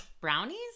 Brownies